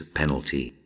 penalty